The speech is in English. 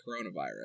coronavirus